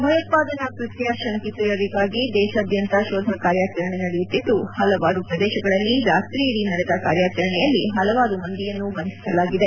ಭಯೋತ್ಪಾದನಾ ಕೃತ್ಯ ಶಂಕಿತರಿಗಾಗಿ ದೇಶದಾದ್ಯಂತ ಶೋಧ ಕಾರ್ಯಾಚರಣೆ ನಡೆಯುತ್ತಿದ್ದು ಹಲವಾರು ಪ್ರದೇಶಗಳಲ್ಲಿ ರಾತ್ರಿಯಿಡೀ ನಡೆದ ಕಾರ್ಯಾಚರಣೆಯಲ್ಲಿ ಹಲವಾರು ಮಂದಿಯನ್ನು ಬಂಧಿಸಲಾಗಿದೆ